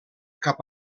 cap